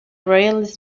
royalist